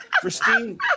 Christine